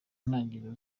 ntangiriro